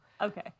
Okay